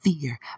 fear